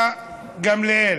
גמליאל: